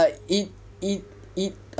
it it it